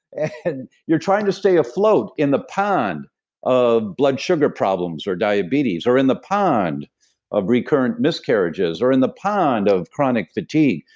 and you're trying to stay afloat in the pond of blood sugar problems, or diabetes, or in the pond of recurrent miscarriages, or in the pond of chronic fatigue.